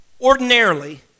ordinarily